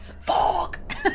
Fuck